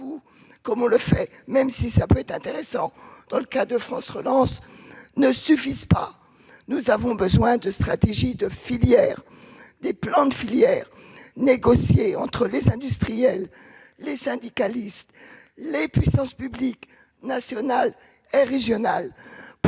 coup »-, même si elles peuvent être intéressantes dans le cadre de France Relance, ne suffisent pas. Nous avons besoin de stratégies de filière, de plans de filière négociés entre industriels, syndicalistes et puissances publiques, nationales et régionales,